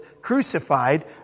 crucified